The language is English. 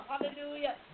hallelujah